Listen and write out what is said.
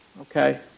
okay